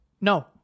No